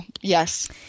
Yes